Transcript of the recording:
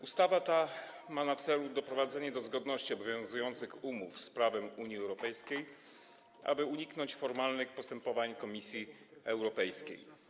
Ustawa ta ma na celu doprowadzenie do zgodności obowiązujących umów z prawem Unii Europejskiej, aby uniknąć formalnych postępowań Komisji Europejskiej.